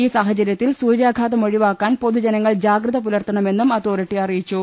ഈ സാഹചര്യത്തിൽ സൂര്യാഘാതം ഒഴിവാക്കാൻ പൊതുജനങ്ങൾ ജാഗ്രത പുലർത്ത ണമെന്നും അതോറിറ്റി അറിയിച്ചു